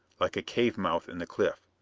like a cave mouth in the cliff.